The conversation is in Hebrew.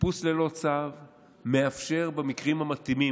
חיפוש ללא צו מאפשר במקרים המתאימים,